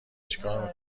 چیکار